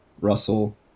Russell